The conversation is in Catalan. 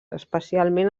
especialment